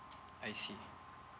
I see